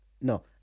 No